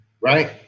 Right